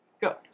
go